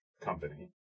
company